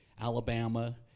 Alabama